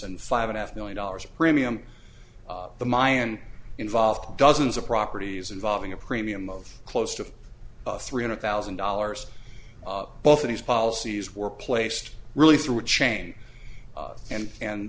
and five and a half million dollars of premium the mayan involved dozens of properties involving a premium of close to three hundred thousand dollars both of these policies were placed really through a chain and and